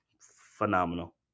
phenomenal